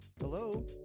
Hello